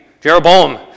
Jeroboam